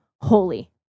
holy